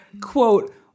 quote